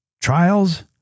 trials